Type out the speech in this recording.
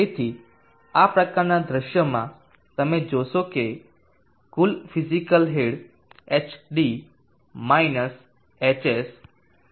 તેથી આ પ્રકારના દૃશ્યમાં તમે જોશો કે કુલ ફીઝીકલ હેડ hd - hs છે